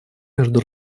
между